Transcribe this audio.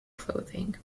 clothing